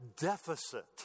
deficit